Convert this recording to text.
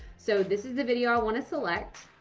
so this is the video i want to select.